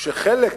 של חלק